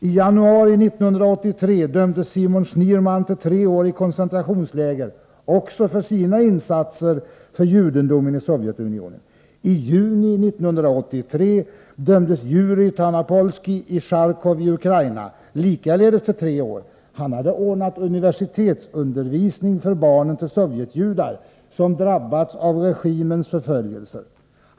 I januari 1983 dömdes Simon Sjnirman till tre år i koncentrationsläger också för sina insatser för judendomen i Sovjetunionen. I juni 1983 dömdes Jurij Tanopolskij i Charkov i Ukraina, likaledes till tre år. Han hade ordnat universitetsundervisning för barnen till sovjetjudar, som drabbats av regimens förföljelser.